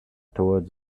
towards